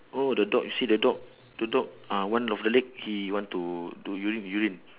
oh the dog you see the dog the dog uh one of the leg he want to do urine urine